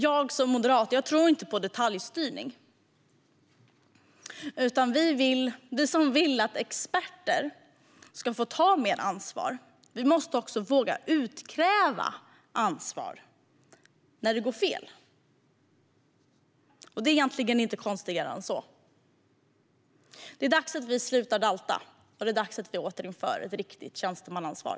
Jag, som moderat, tror inte på detaljstyrning. Vi som vill att experter ska få ta mer ansvar måste också våga utkräva ansvar när det går fel. Det är egentligen inte konstigare än så. Det är dags att vi slutar dalta, och det är dags att vi återinför ett riktigt tjänstemannaansvar.